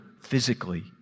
physically